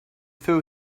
threw